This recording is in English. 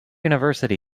university